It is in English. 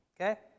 okay